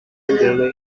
elderly